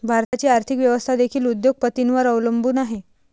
भारताची आर्थिक व्यवस्था देखील उद्योग पतींवर अवलंबून आहे